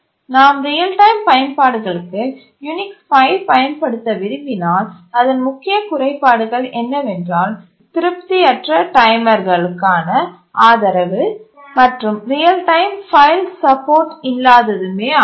நாம் real time பயன்பாடுகளுக்கு Unix 5 பயன்படுத்த விரும்பினால் அதன் முக்கிய குறைபாடுகள் என்னவென்றால் திருப்தியற்ற டைமர்களுக்கான ஆதரவு மற்றும் ரியல் டைம் ஃபைல் சப்போர்ட் இல்லாததுமே ஆகும்